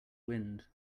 wind